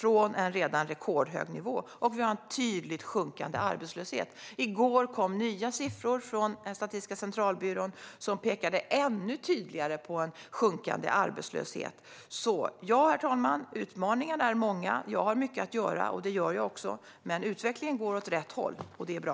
Vi har även en tydligt sjunkande arbetslöshet. I går kom nya siffror från Statistiska centralbyrån som pekade ännu tydligare på en sjunkande arbetslöshet. Herr talman! Utmaningarna är visserligen många. Jag har mycket att göra, vilket jag också gör. Men utvecklingen går åt rätt håll, och det är bra.